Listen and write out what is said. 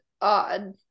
odd